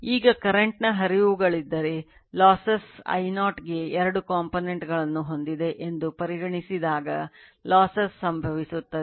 ಈಗ ಕರೆಂಟ್ ನ ಹರಿವುಗಳಿದ್ದರೆ losses ಸಂಭವಿಸುತ್ತವೆ